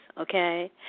okay